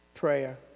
prayer